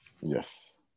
Yes